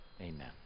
amen